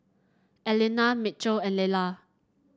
Einar Mitchel and Lella